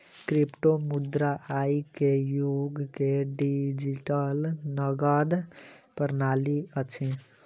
क्रिप्टोमुद्रा आई के युग के डिजिटल नकद प्रणाली अछि